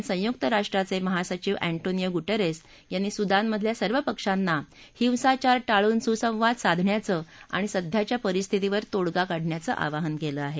दरम्यान संयुक्त राष्ट्रांचे महासचिव एन्टोनियो गुटेरस यांनी सुदानमधल्या सर्व पशांना हिंसाचार टाळून सुसंवाद साधण्याचं आणि सध्याच्या परिस्थितीवर तोडगा काढण्याचं आवाहन केलं आहे